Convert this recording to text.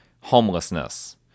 homelessness